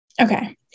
Okay